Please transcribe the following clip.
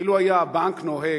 אילו היה הבנק נוהג,